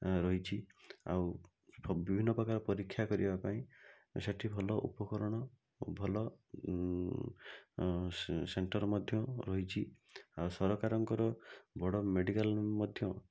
ଆଁ ରହିଛି ଆଉ ବିଭିନ୍ନ ପ୍ରକାର ପରୀକ୍ଷା କରିବା ପାଇଁ ସେଠି ଭଲ ଉପକରଣ ଭଲ ସେ ସେଣ୍ଟର ମଧ୍ୟ ରହିଛି ଆଉ ସରକାରଙ୍କର ବଡ଼ ମେଡ଼ିକାଲ ମଧ୍ୟ